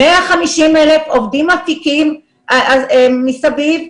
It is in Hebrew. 150,000 עובדים עקיפים מסביב,